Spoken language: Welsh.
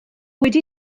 wedi